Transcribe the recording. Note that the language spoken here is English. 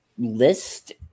list